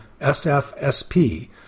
SFSP